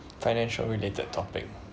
financial related topic